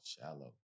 shallow